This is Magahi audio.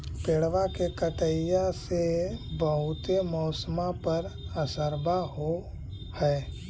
पेड़बा के कटईया से से बहुते मौसमा पर असरबा हो है?